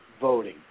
voting